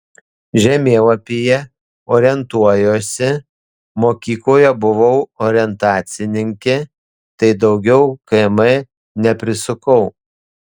žemėlapyje orientuojuosi mokykloje buvau orientacininkė tai daugiau km neprisukau